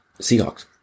Seahawks